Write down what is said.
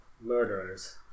murderers